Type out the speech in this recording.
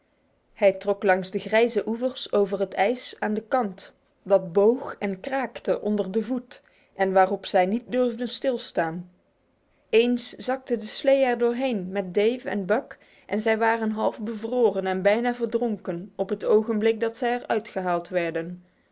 hij trok langs de grijze oevers over het ijs aan de kant dat boog en kraakte onder de voet en waarop zij niet durfden stilstaan eens zakte de slee er doorheen met dave en buck en zij waren half bevroren en bijna verdronken op het ogenblik dat zij er uit gehaald werden